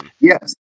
Yes